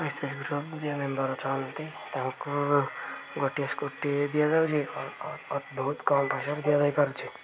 S S group ଯିଏ member ଅଛନ୍ତି ତାଙ୍କୁ ଗୋଟିଏ ସ୍କୁଟି ଦିଆଯାଉଛି ବହୁତ କମ୍ ପଇସାରେ ଦିଆଯାଇପାରୁଛି